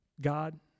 God